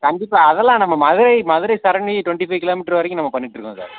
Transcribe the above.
கண்டிப்பாக அதெல்லாம் நம்ம Madurai Madurai surrounding twenty five kilometre வரைக்கும் நம்ம பண்ணிகிட்ருக்கோம் சார்